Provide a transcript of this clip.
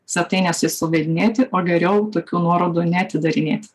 svetainėse suvedinėti o geriau tokių nuorodų neatidarinėt